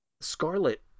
Scarlet